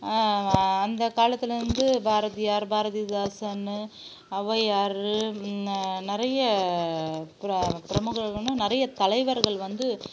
அந்த காலத்தில் வந்து பாரதியார் பாரதிதாசன்னு ஒளவையார் நிறைய பிர பிரமுகர்களும் நிறைய தலைவர்கள் வந்து